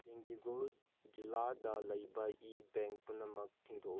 ꯗꯤꯟꯗꯤꯒꯨꯜ ꯖꯤꯂꯥꯗ ꯂꯩꯕ ꯏ ꯕꯦꯡ ꯄꯨꯝꯅꯃꯛ ꯊꯤꯡꯗꯣꯛꯎ